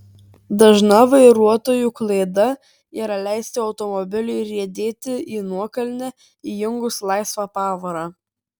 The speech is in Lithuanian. dažna vairuotojų klaida yra leisti automobiliui riedėti į nuokalnę įjungus laisvą pavarą